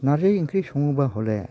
नारजि ओंख्रि सङोब्ला हले